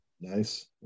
Nice